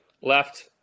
left